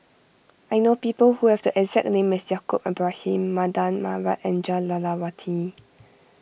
I know people who have the exact name as Yaacob Ibrahim Mardan Mamat and Jah Lelawati